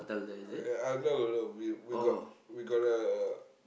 uh no no we we got we got uh